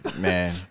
man